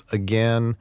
again